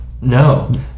No